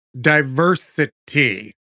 diversity